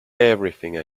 everything